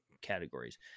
categories